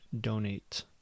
donate